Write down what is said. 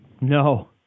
No